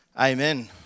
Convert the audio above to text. amen